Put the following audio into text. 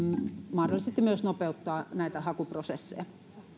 mahdollisesti myös nopeuttaa näitä hakuprosesseja